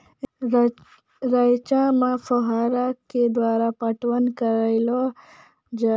रचा मे फोहारा के द्वारा पटवन करऽ लो जाय?